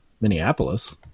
Minneapolis